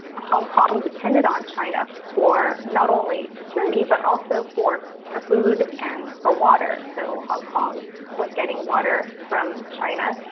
hong kong depended on china for not only security, but also for for food and for water. so hong kong was getting water from china,